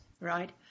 right